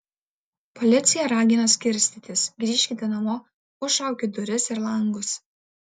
policija ragina skirstytis grįžkite namo užšaukit duris ir langus